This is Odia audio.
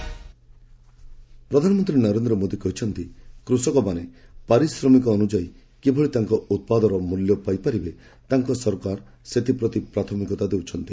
ପିଏମ୍ ଫାର୍ମର୍ସ ର୍ୟାଲି ପ୍ରଧାନମନ୍ତ୍ରୀ ନରେନ୍ଦ୍ର ମୋଦି କହିଛନ୍ତି କୃଷକମାନେ ପାରିଶ୍ରମିକ ଅନୁଯାୟୀ କିଭଳି ତାଙ୍କ ଉତ୍ପାଦର ମୂଲ୍ୟ ପାରିପାରିବେ ତାଙ୍କ ସରକାର ସେଥିପ୍ରତି ପ୍ରାଥମିକତା ଦେଉଛନ୍ତି